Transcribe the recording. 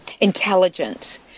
intelligent